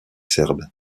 serbe